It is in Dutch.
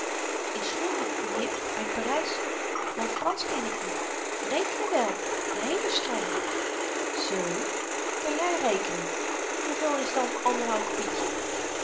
in schoenen m'nheer uit parys maar fransch ken ik niet rekenen wèl den heelen strabbe zoo ken jy rekenen hoeveel is dan anderhalf pietje